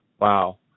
wow